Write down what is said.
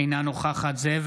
אינה נוכחת זאב